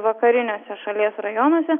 vakariniuose šalies rajonuose